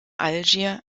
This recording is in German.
algier